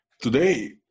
today